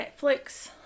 Netflix